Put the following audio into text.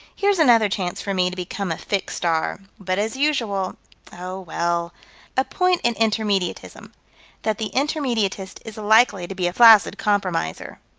here's another chance for me to become a fixed star but as usual oh, well a point in intermediatism that the intermediatist is likely to be a flaccid compromiser.